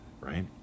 right